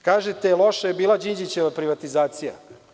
Kažete da je loša bila Đinđićeva privatizacija.